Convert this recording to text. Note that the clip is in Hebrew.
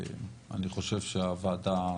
אני חושב שהוועדה,